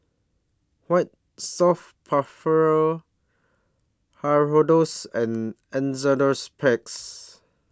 White Soft Hirudoids and Enzyplex